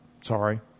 sorry